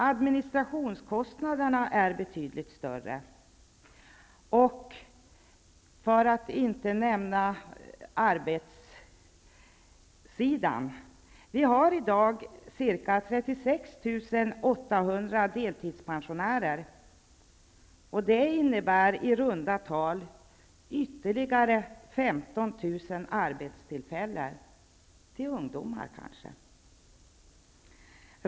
Administrationskostnaderna är betydligt större -- för att inte nämna kostnaderna på arbetssidan. Vi har i dag ca 36 800 deltidspensionärer, och det innebär i runda tal ytterligare 15 000 arbetstillfällen, kanske till ungdomar.